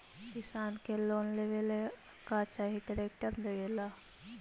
किसान के लोन लेबे ला का चाही ट्रैक्टर लेबे ला?